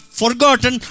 forgotten